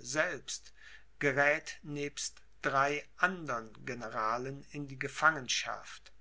selbst geräth nebst drei andern generalen in die gefangenschaft